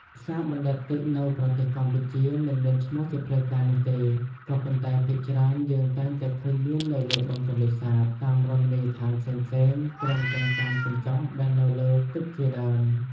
ផ្សារបណ្ដែតទឹកនៅប្រទេសកម្ពុជា មិនមានឈ្មោះជាផ្លូវការនោះទេ ក៏ប៉ុន្តែភាគច្រើនយើងតែងតែឃើញមាននៅលើបឹងទន្លេសាប តាមរមនីយដ្ឋានផ្សេងៗ ព្រមទាំងតាមកញ្ចុះដែលនៅលើទឹកជាដើម។